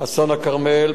אסון הכרמל,